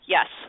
Yes